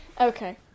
Okay